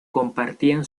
compartían